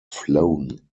flown